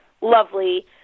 lovely